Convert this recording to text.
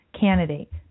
candidate